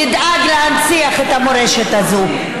ידאג להנציח את המורשת הזאת.